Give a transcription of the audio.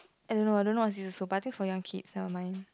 I don't know I don't know what's useful but I think it's for young kids never mind